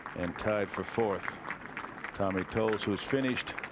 and tied for fourth tommy tolles was finished